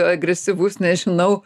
agresyvus nežinau